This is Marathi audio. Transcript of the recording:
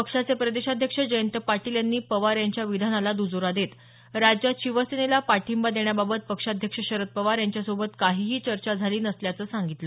पक्षाचे प्रदेशाध्यक्ष जयंत पाटील यांनी पवार यांच्या विधानाला दुजोरा देत राज्यात शिवसेनेला पाठिबा देण्याबाबत पक्षाध्यक्ष शरद पवार यांच्यासोबत काहीही चर्चा झाली नसल्याचं सांगितलं